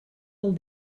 del